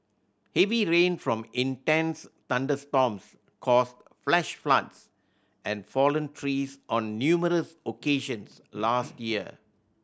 heavy rain from intense thunderstorms caused flash floods and fallen trees on numerous occasions last year